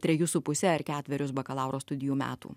trejus su puse ar ketverius bakalauro studijų metų